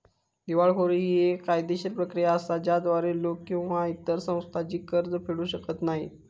दिवाळखोरी ही येक कायदेशीर प्रक्रिया असा ज्याद्वारा लोक किंवा इतर संस्था जी कर्ज फेडू शकत नाही